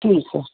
ਠੀਕ ਹੈ